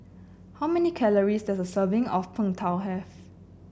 how many calories does a serving of Png Tao have